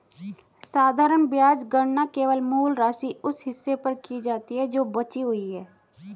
साधारण ब्याज गणना केवल मूल राशि, उस हिस्से पर की जाती है जो बची हुई है